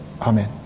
Amen